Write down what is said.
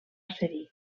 cedir